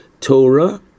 Torah